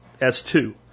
S2